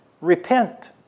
Repent